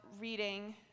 reading